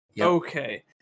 Okay